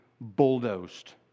bulldozed